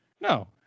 No